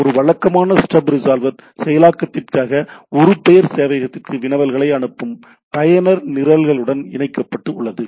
ஒரு வழக்கமான stub resolver செயலாக்கத்திற்காக ஒரு பெயர் சேவையகத்திற்கு வினவல்களை அனுப்பும் பயனர் நிரலுடன் இணைக்கப்பட்டு உள்ளது